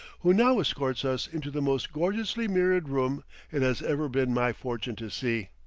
who now escorts us into the most gorgeously mirrored room it has ever been my fortune to see.